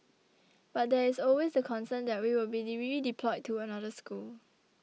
but there is always the concern that we will be redeployed to another school